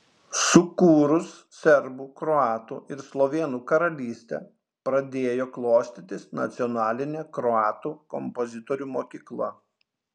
sukūrus serbų kroatų ir slovėnų karalystę pradėjo klostytis nacionalinė kroatų kompozitorių mokykla